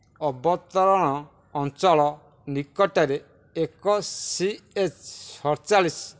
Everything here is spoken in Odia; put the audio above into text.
ଅବତରଣ ଅଞ୍ଚଳ ନିକଟରେ ଏକ ସି ଏଚ୍ ସତଚାଳିଶ